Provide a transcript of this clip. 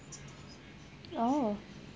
!oh!